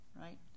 right